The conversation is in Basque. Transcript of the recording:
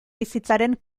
bizitzaren